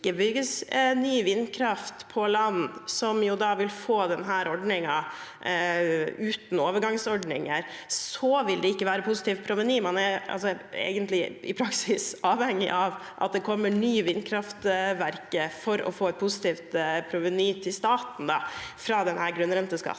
bygges ny vindkraft på land, som da vil få denne ordningen uten overgangsordninger, vil det ikke være positivt proveny? Man er altså egentlig i praksis avhengig av at det kommer nye vindkraftverk for å få et positivt proveny til staten fra denne grunnrenteskatten,